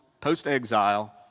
post-exile